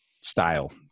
style